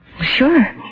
Sure